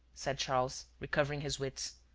said charles, recovering his wits.